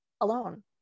alone